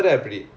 ya